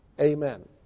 Amen